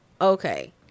okay